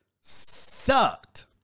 Sucked